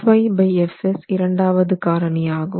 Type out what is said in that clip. FyFs இரண்டாவது காரணி ஆகும்